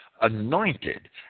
anointed